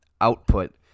output